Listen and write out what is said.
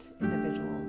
individuals